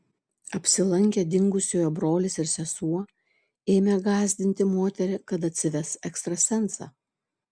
apsilankę dingusiojo brolis ir sesuo ėmė gąsdinti moterį kad atsives ekstrasensą